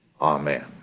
amen